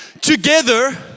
together